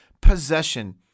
possession